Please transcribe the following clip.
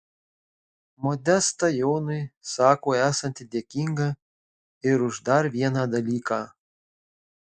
modesta jonui sako esanti dėkinga ir už dar vieną dalyką